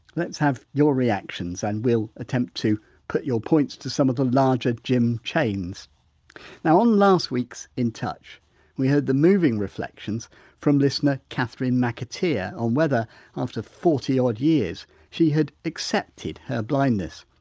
let's have your reactions and we'll attempt to put your points to some of the larger gym chains now on last week's in touch we heard the moving reflections from listener catherine mcateer on whether after forty odd years she had accepted her blindness.